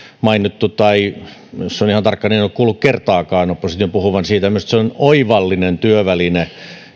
mainittu tai jos olen ihan tarkka niin en ole kuullut kertaakaan opposition puhuvan siitä minusta se on oivallinen työväline